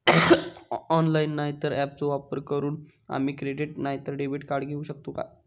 Online नाय तर ऍपचो वापर करून आम्ही क्रेडिट नाय तर डेबिट कार्ड घेऊ शकतो का?